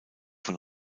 von